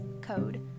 code